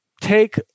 take